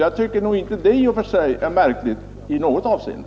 Jag tycker inte det är märkligt i något avseende.